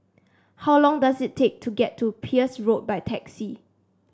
how long does it take to get to Peirce Road by taxi